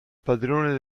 padrone